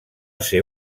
ser